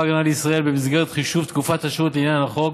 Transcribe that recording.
הגנה לישראל במסגרת חישוב תקופת השירות לעניין החוק,